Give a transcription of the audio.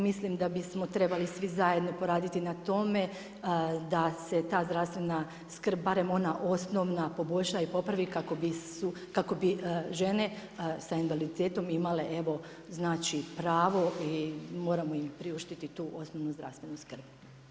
Mislim da bismo trebali svi zajedno poraditi na tome da se ta zdravstvena skrb, barem ona osnova poboljša i popravi kako bi žene sa invaliditetom imale pravo i moramo im priuštiti tu ozbiljnu zdravstvenu skrb.